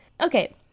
Okay